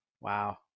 wow